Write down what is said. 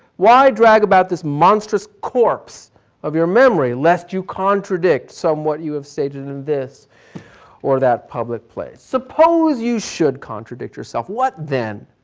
why drag about this monstrous corpse of your memory, lest you contradict some what you have saved in and this or that public place. suppose you should contradict yourself. what then?